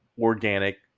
organic